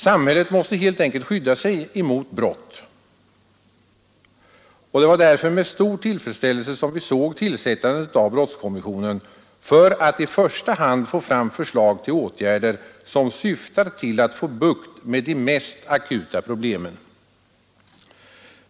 Samhället måste helt enkelt skydda sig mot brott. Det var därför med stor tillfredsställelse vi såg tillsättandet av brottskommissionen, för att i första hand få fram förslag till åtgärder som syftar till att få bukt med de mest akuta problemen.